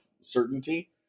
certainty